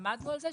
עמדנו על זה,